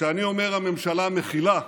כשאני אומר "הממשלה מכילה",